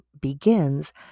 begins